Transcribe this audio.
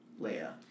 Leia